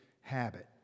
habit